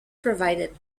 provided